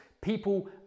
people